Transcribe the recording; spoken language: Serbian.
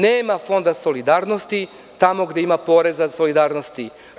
Nema fonda solidarnosti tamo gde ima poreza solidarnosti.